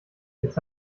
jetzt